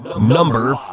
Number